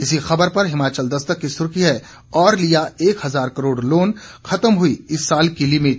इस ख़बर पर हिमाचल दस्तक की सुर्खी है और लिया एक हजार करोड़ लोन खत्म हुई इस साल की लिमिट